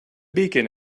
beacon